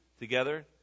together